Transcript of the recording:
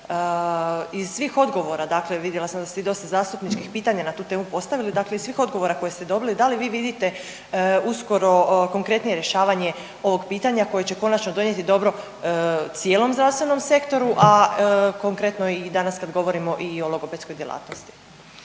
iz svih odgovora, dakel vidjela sam da ste vi dosta zastupničkih pitanja na tu temu postavili dakle i svih odgovora koje ste dobili da li vi vidite uskoro konkretnije rješavanje ovog pitanja koje će konačno donijeti dobro cijelom zdravstvenom sektoru, a konkretno i danas kad govorimo i o logopedskoj djelatnosti.